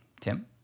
Tim